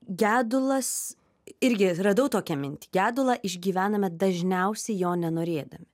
gedulas irgi radau tokią mintį gedulą išgyvename dažniausiai jo nenorėdami